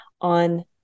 on